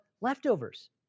leftovers